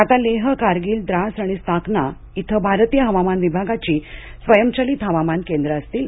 आता लेह कारगिल द्रास आणि स्ताकना इथं भारतीय हवामान विभागाची स्वयंचलित हवामान केंद्र असतील